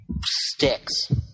sticks